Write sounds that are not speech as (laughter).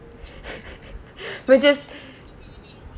(laughs) we're just